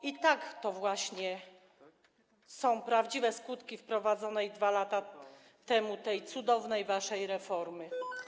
I takie to właśnie są prawdziwe skutki wprowadzonej 2 lata temu tej cudownej waszej reformy.